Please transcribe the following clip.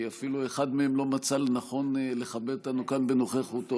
כי אפילו אחד מהם לא מצא לנכון לכבד אותנו כאן בנוכחותו.